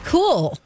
Cool